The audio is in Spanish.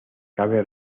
cabe